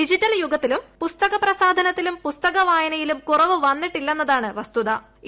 digital യുഗത്തിലും പുസ്തക പ്രസാധനത്തിലും പുസ്ത്രക് വായനയിലും കുറവ് വന്നിട്ടില്ലെന്നതാണ് വസ്ത്രിത്